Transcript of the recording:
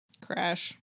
crash